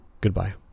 Goodbye